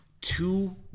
Two